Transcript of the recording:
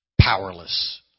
Powerless